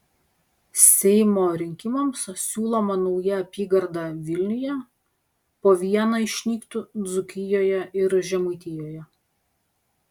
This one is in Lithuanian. seimo rinkimams siūloma nauja apygarda vilniuje po vieną išnyktų dzūkijoje ir žemaitijoje